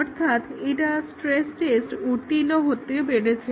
অর্থাৎ এটা stress test উত্তীর্ণ হতে পেরেছে